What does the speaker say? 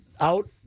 out